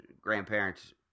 grandparents